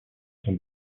son